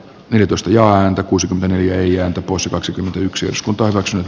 yritystä jaa ääntä kuusi neljä usa kaksikymmentäyksi osku torroksen